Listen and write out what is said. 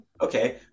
okay